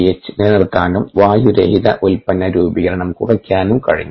H നിലനിർത്താനും വായുരഹിത ഉൽപ്പന്ന രൂപീകരണം കുറയ്ക്കാനും കഴിഞ്ഞു